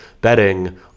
betting